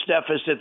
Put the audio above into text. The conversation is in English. deficit